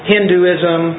Hinduism